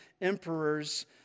emperors